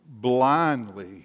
blindly